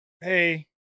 Hey